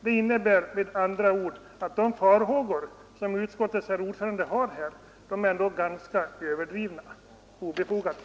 Det innebär att de farhågor som utskottets ordförande hyser är ganska överdrivna och obefogade.